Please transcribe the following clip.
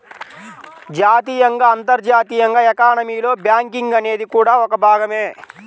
జాతీయంగా, అంతర్జాతీయంగా ఎకానమీలో బ్యాంకింగ్ అనేది కూడా ఒక భాగమే